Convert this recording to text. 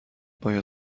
باید